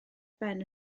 ben